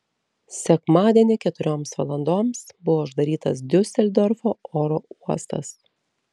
sekmadienį keturioms valandoms buvo uždarytas diuseldorfo oro uostas